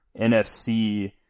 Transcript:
NFC